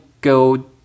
go